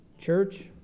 church